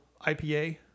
IPA